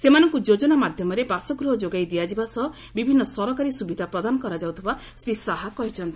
ସେମାନଙ୍କୁ ଯୋଜନା ମାଧ୍ୟମରେ ବାସଗୃହ ଯୋଗାଇ ଦିଆଯିବା ସହ ବିଭିନ୍ନ ସରକାରୀ ସୁବିଧା ପ୍ରଦାନ କରାଯାଉଥିବା ଶ୍ରୀ ଶାହା କହିଚ୍ଛନ୍ତି